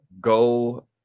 Go